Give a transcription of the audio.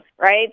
Right